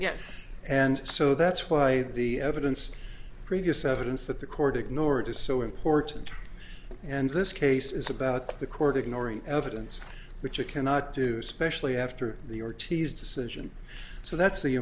yes and so that's why the evidence previous evidence that the court ignored is so important and this case is about the court ignoring evidence which it cannot do specially after the ortiz decision so that's the